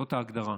זאת ההגדרה,